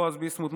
בועז ביסמוט,